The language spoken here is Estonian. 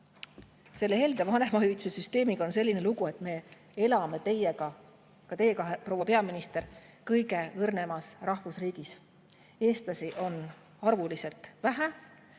selle helde vanemahüvitise süsteemiga on selline lugu, et me elame ka teiega, proua peaminister, kõige õrnemas rahvusriigis. Eestlasi on arvuliselt vähe